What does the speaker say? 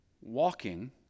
walking